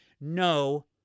No